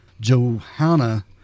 Johanna